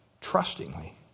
trustingly